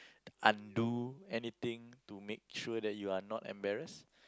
undo anything to make sure that you are not embarrassed